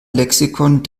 lexikon